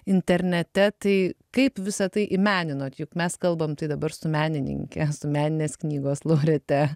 internete tai kaip visa tai į meninot juk mes kalbam tai dabar su menininke meninės knygos laureate